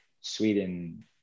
Sweden